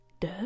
Duh